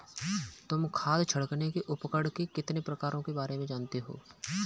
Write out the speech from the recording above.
तुम खाद छिड़कने के उपकरण के कितने प्रकारों के बारे में जानते हो?